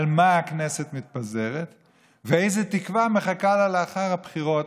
על מה הכנסת מתפזרת ואיזו תקווה מחכה לה לאחר הבחירות,